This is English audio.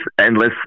endless